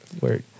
Work